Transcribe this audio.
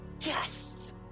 yes